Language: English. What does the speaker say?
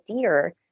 deer